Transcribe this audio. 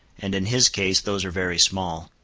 and in his case those are very small.